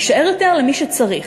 יישאר יותר למי שצריך.